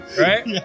Right